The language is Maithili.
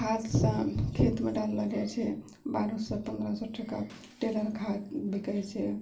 खादसँ खेतमे डालल जाइ छै बारह सओ पन्द्रह सओ टका ट्रेलर खाद बिकै छै